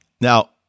now